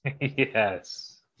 Yes